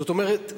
זאת אומרת,